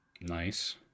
Nice